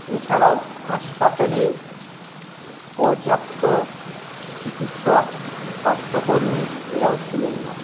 এছাড়াও হাসপাতালে পর্যাপ্ত চিকিৎসক স্বাস্থ্যকর্মী এরাও ছিলেন না